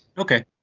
ok,